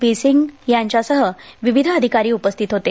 P Singh यांच्यासह विविध अधिकारी उपस्थित होते